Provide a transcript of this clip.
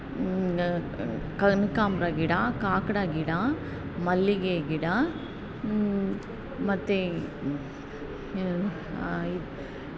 ಕನ್ಕಾಂಬರ ಗಿಡ ಕಾಕಡ ಗಿಡ ಮಲ್ಲಿಗೆ ಗಿಡ ಮತ್ತು